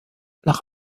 nach